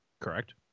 Correct